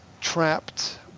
trapped